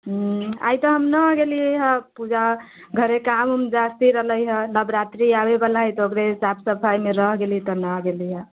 ह्म्म आइ तऽ हम नहि गेलियैए पूजा घरे काम उम ज्यादती रहलैए नवरात्रि आबैवला हइ तऽ ओकरे साफ सफाइमे रहि गेलियै तऽ नहि गेलियै